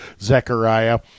Zechariah